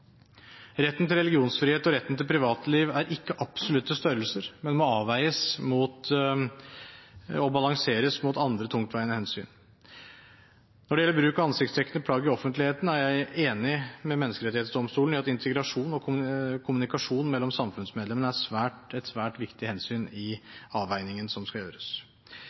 Retten til religionsfrihet og retten til privatliv er ikke absolutte størrelser, men må avveies og balanseres mot andre tungtveiende hensyn. Når det gjelder bruk av ansiktsdekkende plagg i offentligheten, er jeg enig med Menneskerettighetsdomstolen i at integrasjon og kommunikasjon mellom samfunnsmedlemmene er et svært viktig hensyn i avveiningen som skal gjøres.